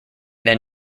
then